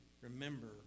remember